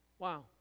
Wow